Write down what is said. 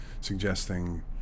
suggesting